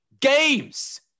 games